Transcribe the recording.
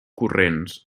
corrents